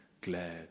glad